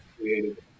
created